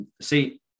see